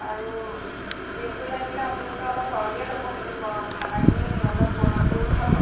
আৰু বিলটো লাগিলে আপোনালোকে অলপ সৰহকৈয়ে ল'ব কিন্তু গৰম খানাখিনি অলপ গৰম কৰি পঠাব